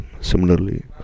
Similarly